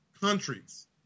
countries